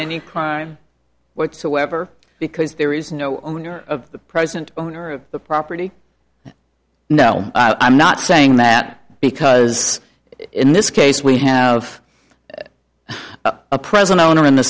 any crime whatsoever because there is no owner of the present owner of the property no i'm not saying that because in this case we have a present owner in the